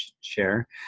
share